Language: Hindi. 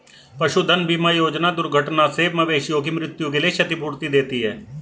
पशुधन बीमा योजना दुर्घटना से मवेशियों की मृत्यु के लिए क्षतिपूर्ति देती है